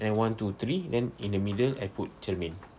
then one two three then in the middle put cermin